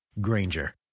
granger